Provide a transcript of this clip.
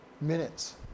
Minutes